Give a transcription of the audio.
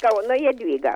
kauno jadvyga